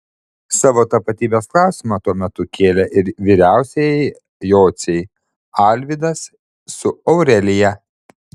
savo tapatybės klausimą tuo metu kėlė ir vyriausieji jociai alvydas su aurelija